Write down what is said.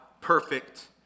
perfect